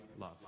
love